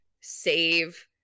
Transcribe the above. save